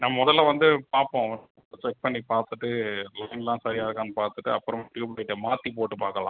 நான் முதல்ல வந்து பார்ப்போம் செக் பண்ணி பார்த்துட்டு சரியா இருக்கானு பார்த்துட்டு அப்புறம் ட்யூப்லைட்டை மாற்றி போட்டு பார்க்கலாம்